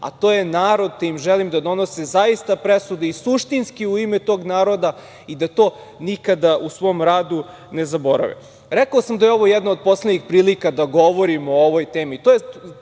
a to je narod, te im želim da donose zaista presude i suštinski u ime tog naroda i da to nikada u svom radu ne zaborave. Rekao sam da je ovo jedna od poslednjih prilika da govorimo o ovoj temi.